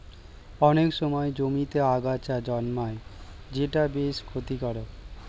অনেক সময় জমিতে আগাছা জন্মায় যেটা বেশ ক্ষতিকারক